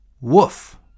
Woof